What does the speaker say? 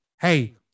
hey